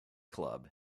club